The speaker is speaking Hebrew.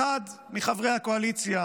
אחד מחברי הקואליציה